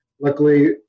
luckily